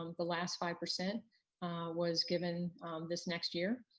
um the last five percent was given this next year.